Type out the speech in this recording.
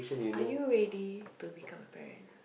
are you ready to become a parent